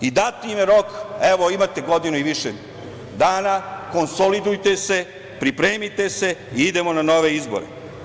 I dat im je rok, evo, imate godinu i više dana, konsolidujte se, pripremite se i idemo na nove izbore.